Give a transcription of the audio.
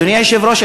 אדוני היושב-ראש,